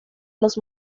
los